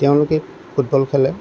তেওঁলোকে ফুটবল খেলে